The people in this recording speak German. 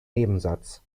nebensatz